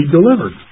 delivered